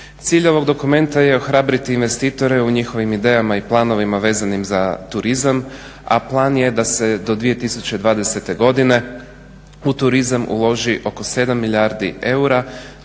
Cilj ovog dokumenta je ohrabriti investitore u njihovim idejama i planovima vezanim za turizam, a plan je da se do 2020. godine u turizam uloži oko 7 milijardi eura,